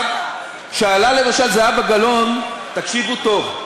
עכשיו, שאלה זהבה גלאון, למשל, תקשיבו טוב: